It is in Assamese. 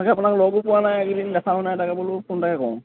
তাকে আপোনাক ল'ব পোৱা নাই এইকেইদিন দেখাও নাই তাকে বোলো ফোনটায়ে কৰোঁ